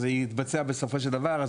זה יתבצע בסופו של דבר.